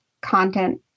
content